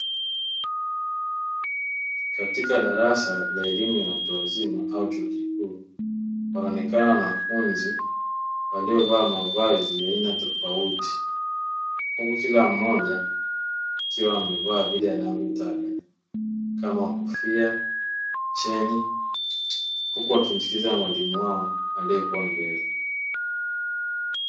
Katika darasa la elimu ya watu wazima au chuo kikuu wanaonekana wanafunzi waliovaa mavazi ya aina tofauti huku kila mmoja akiwa amevaa vile anavyotaka kama kofia, cheni; huku wakimsikiliza mwalimu wao aliyekuwa mbele.